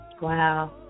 Wow